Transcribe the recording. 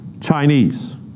Chinese